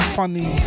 funny